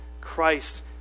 Christ